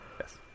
Yes